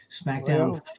SmackDown